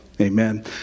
Amen